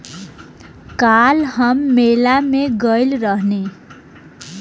काल्ह हम मेला में गइल रहनी